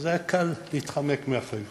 אז היה קל להתחמק מאחריות.